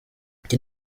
iki